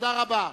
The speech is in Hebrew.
תודה רבה.